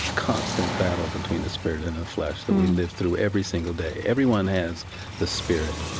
constant battle between the spirit and the flesh that we live through every single day. everyone has the spirit.